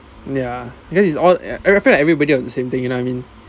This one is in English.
ya because it's all I feel like everybody is on the same thing you know what I mean